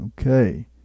Okay